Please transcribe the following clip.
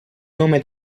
nome